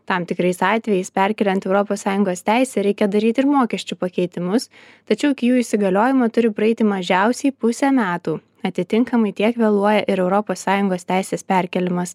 tam tikrais atvejais perkeliant europos sąjungos teisę reikia daryti ir mokesčių pakeitimus tačiau iki jų įsigaliojimo turi praeiti mažiausiai pusė metų atitinkamai tiek vėluoja ir europos sąjungos teisės perkėlimas